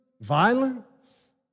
violence